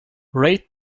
rate